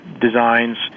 designs